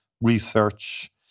research